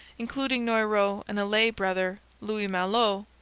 including noyrot and a lay brother, louis malot,